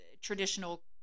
traditional